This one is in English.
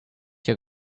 your